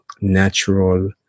natural